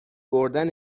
بردن